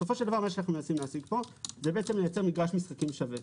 אנחנו מנסים לייצר פה מגרש משחקים שווה.